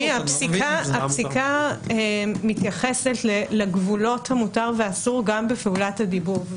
הפסיקה מתייחסת לגבולות המותר והאסור גם בפעולת הדיבוב.